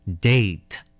Date